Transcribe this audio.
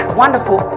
wonderful